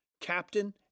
Captain